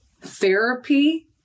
therapy